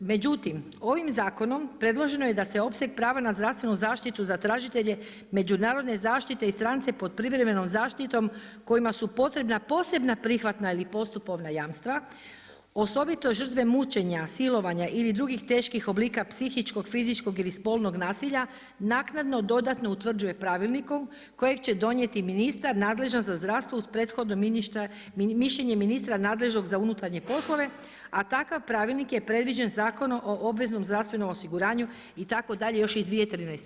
Međutim, ovim zakonom predloženo je da se opseg prava na zdravstvenu zaštitu za tražitelje međunarodne zaštite i strance pod privremenom zaštitom kojima su potrebna posebne prihvatna ili postupovna jamstva osobito žrtve mučenja, silovanja ili drugih teških oblika psihičkog, fizičkog ili spolnog nasilja naknadno dodatno utvrđuje pravilnikom kojeg će donijeti ministar nadležan za zdravstvo uz prethodno mišljenje ministra nadležnog za unutarnje poslove, a takav pravilnik je predviđen Zakonom o obveznom zdravstvenom osiguranju itd. još iz 2013.